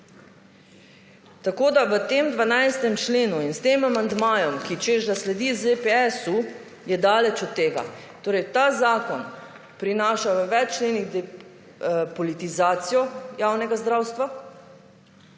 dogovor. V tem 12. členu in s tem amandmajem, ki češ, da sledi ZPS je daleč od tega. Ta zakon prinaša v več členih politizacijo javnega zdravstva.